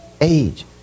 age